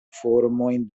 formojn